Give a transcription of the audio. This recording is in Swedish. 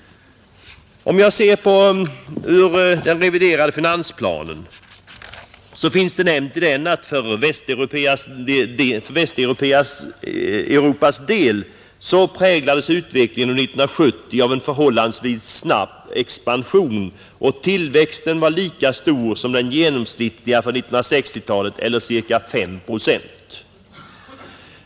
I den reviderade finansplanen finns nämnt att för Västeuropas del präglades utvecklingen under 1970 av en förhållandevis snabb expansion. Tillväxten var lika stor som den genomsnittliga för 1960-talet, eller ca 5 procent.